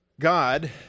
God